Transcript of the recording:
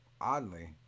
Oddly